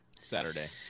Saturday